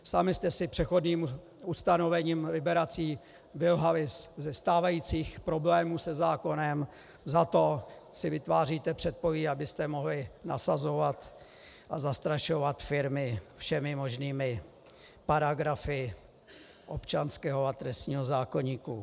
Sami jste se přechodným ustanovením, liberací, vylhali ze stávajících problémů se zákonem, zato si vytváříte předpolí, abyste mohli nasazovat a zastrašovat firmy všemi možnými paragrafy občanského a trestního zákoníku.